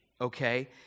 Okay